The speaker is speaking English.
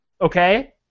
okay